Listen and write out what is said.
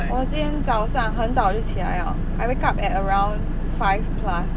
我今天早上很早就起来了 I wake up at around five plus